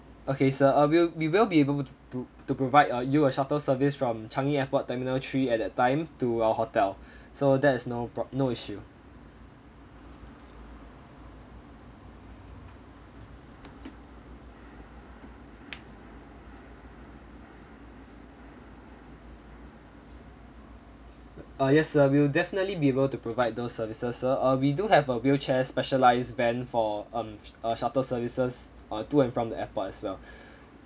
okay sir uh we'll we will be able to provide uh you a shuttle service from changi airport terminal three at that time to our hotel so that is no prob~ no issue uh yes we will definitely be able to provide those services sir uh we do have a wheelchair-specialized van for um shuttle services to and from the airport as well